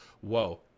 whoa